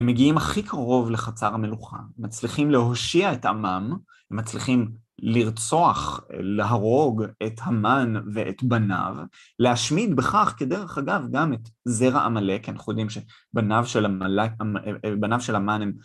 הם מגיעים הכי קרוב לחצר המלוכה, מצליחים להושיע את עמם, הם מצליחים לרצוח, להרוג את המן ואת בניו, להשמיד בכך כדרך אגב גם את זרע עמלק, כי אנחנו יודעים שבניו של עמל.. בניו של המן הם...